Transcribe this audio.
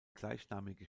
gleichnamige